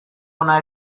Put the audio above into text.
hona